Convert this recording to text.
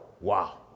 Wow